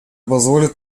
позволит